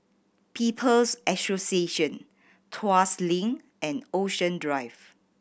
People's Association Tuas Link and Ocean Drive